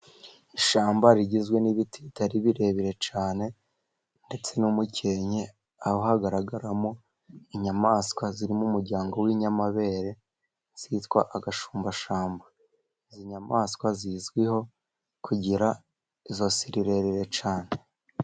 Ishyamba rigizwe n'ibiti bitari birebire cyane ndetse n'umukenke, aho hagaragaramo inyamaswa zirimo umuryango w'inyamabere zitwa agasumbashyamba. Izi nyamaswa zizwiho kugira ijosi rirerire cyane.